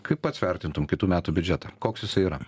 kai pats vertintum kitų metų biudžetą koks jisai yra